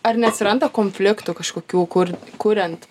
ar neatsiranda konfliktų kažkokių kur kuriant